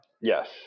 Yes